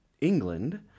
England